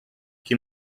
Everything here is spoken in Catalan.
qui